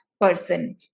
person